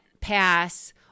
pass